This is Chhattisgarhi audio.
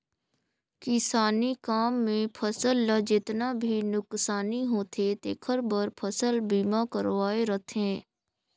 किसानी काम मे फसल ल जेतना भी नुकसानी होथे तेखर बर फसल बीमा करवाये रथें